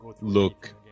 look